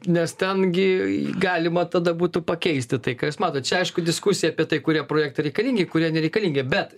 nes ten gi galima tada būtų pakeisti tai ką jūs matot čia aišku diskusija apie tai kurie projektai reikalingi kurie nereikalingi bet